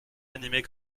animées